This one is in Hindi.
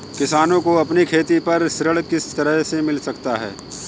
किसानों को अपनी खेती पर ऋण किस तरह मिल सकता है?